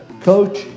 coach